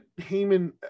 Heyman